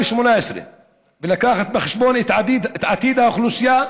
ולקחת בחשבון את עתיד האוכלוסייה,